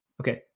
Okay